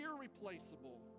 irreplaceable